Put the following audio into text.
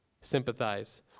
sympathize